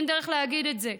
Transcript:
אין דרך להגיד את זה,